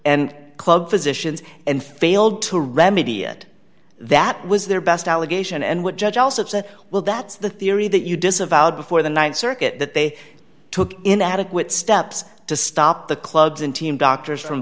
and club physicians and failed to remedy it that was their best allegation and what judge also said well that's the theory that you disavowed before the th circuit that they took inadequate steps to stop the clubs and team doctors from